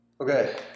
Okay